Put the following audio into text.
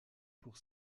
pour